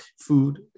Food